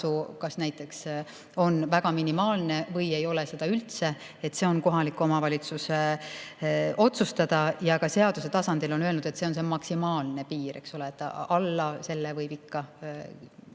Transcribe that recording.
kas on väga minimaalne või ei ole seda üldse. See on kohaliku omavalitsuse otsustada. Seaduse tasandil on öeldud, et see on maksimaalne piir, eks ole. Alla selle võib ikka